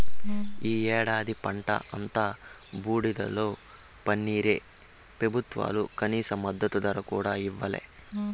ఈ ఏడాది పంట అంతా బూడిదలో పన్నీరే పెబుత్వాలు కనీస మద్దతు ధర కూడా ఇయ్యలే